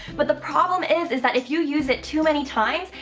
but the problem is, is that if you use it too many times,